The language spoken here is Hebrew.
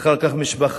אחר כך משפחה,